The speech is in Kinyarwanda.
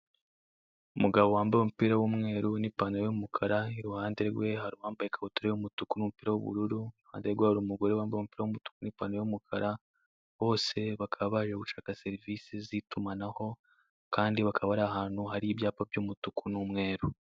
Umugabo wambaye umupira w'umweru n'ipantaro y'umukara, iruhande rwe hari uwambaye ikabutura y'umutuku n'umupira w'ubururu, iruhande rwe hari umugore wambaye umupira w'umutuku n'ipantaro y'umukara, bose bakaba baje gushaka serivisi z'itumanaho kandi bakaba ari ahantu hari ibyapa by'umutuku n'umweru.